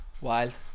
Wild